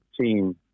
team